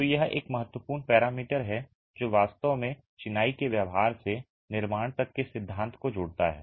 तो यह एक महत्वपूर्ण पैरामीटर है जो वास्तव में चिनाई के व्यवहार से निर्माण तक के सिद्धांत को जोड़ता है